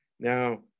Now